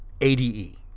ADE